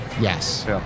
Yes